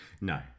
No